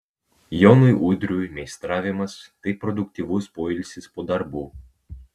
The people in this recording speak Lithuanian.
jonui udriui meistravimas tai produktyvus poilsis po darbų